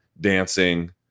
dancing